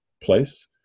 place